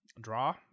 draw